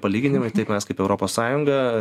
palyginimai taip mes kaip europos sąjunga